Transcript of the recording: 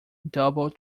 double